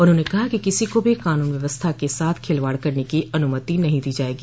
उन्होंने कहा कि किसी को भी कानून व्यवस्था के साथ खिलवाड़ करने की अनुमति नहीं दी जायेगी